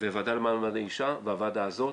והוועדה למעמד האישה והוועדה הזו,